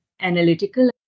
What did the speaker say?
analytical